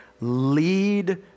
lead